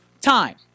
time